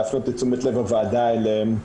לב הוועדה אליהם.